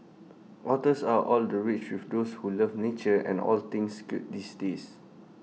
otters are all the rage with those who love nature and all things cute these days